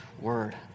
Word